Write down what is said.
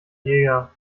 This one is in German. jeder